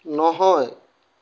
নহয়